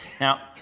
Now